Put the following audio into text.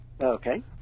Okay